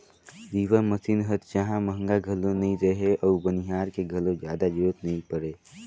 reaper machine हर जहां महंगा घलो नई रहें अउ बनिहार के घलो जादा जरूरत नई परे